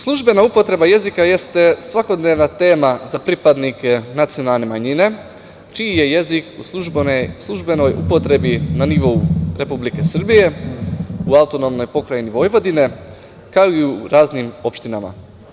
Službena upotreba jezika jeste svakodnevna tema za pripadnike nacionalne manjine čiji je jezik u službenoj upotrebi na nivou Republike Srbije u AP Vojvodina, kao i u raznim opštinama.